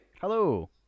Hello